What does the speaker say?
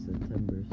September